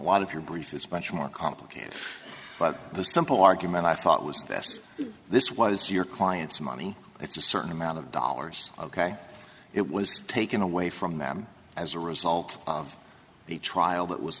lot of your brief is bunch more complicated but the simple argument i thought was best this was your client's money it's a certain amount of dollars ok it was taken away from them as a result of the trial that was